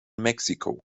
mexiko